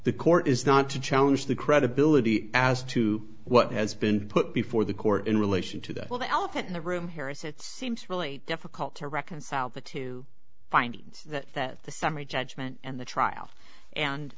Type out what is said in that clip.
the court is not to challenge the credibility as to what has been put before the court in relation to that of the elephant in the room here is it seems really difficult to reconcile the two find that the summary judgment and the trial and